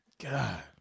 God